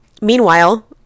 meanwhile